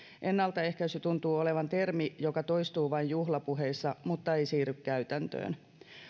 ennaltaehkäisy tuntuu olevan termi joka toistuu vain juhlapuheissa mutta ei siirry käytäntöön